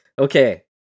okay